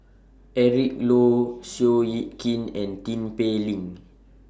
Eric Low Seow Yit Kin and Tin Pei Ling